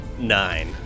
Nine